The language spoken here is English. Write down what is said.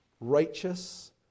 righteous